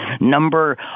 number